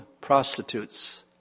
prostitutes